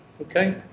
Okay